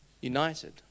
united